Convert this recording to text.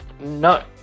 no